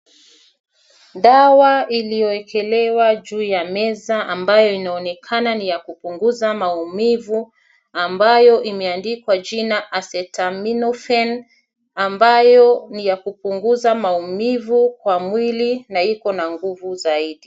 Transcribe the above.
Dawa iliyoekelewa juu ya meza ambayo inaonekana ni ya kupunguza maumivu ambayo imeandikwa jina Acetaminophen ambayo ni ya kupunguza maumivu kwa mwili na iko na nguvu zaidi.